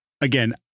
Again